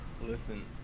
Listen